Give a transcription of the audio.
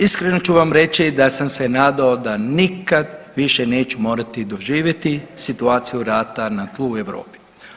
Iskreno ću vam reći da sam se nadao da nikad više neću morati doživjeti situaciju rata na tlu u Europi.